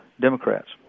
Democrats